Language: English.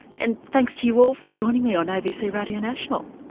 and thanks to you all for joining me on abc radio national.